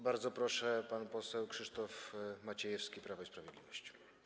Bardzo proszę, pan poseł Krzysztof Maciejewski, Prawo i Sprawiedliwość.